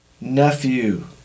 nephew